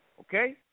okay